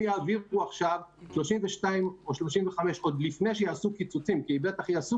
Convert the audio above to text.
אם יעבירו 32 או 35 מיליון עוד לפני שיעשו קיצוצים כי בטח יעשו